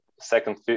second